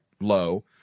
low